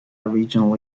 regional